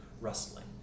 rustling